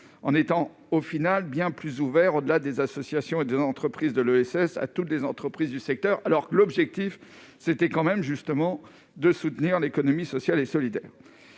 qui l'a ouvert, bien au-delà des associations et des entreprises de l'ESS, à toutes les entreprises du secteur, alors que l'objectif était justement de soutenir l'économie sociale et solidaire.